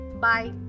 Bye